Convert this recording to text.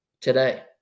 today